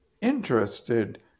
interested